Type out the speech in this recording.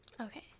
okay